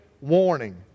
warning